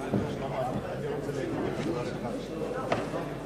העם אמר את דברו בצורה מאוד ברורה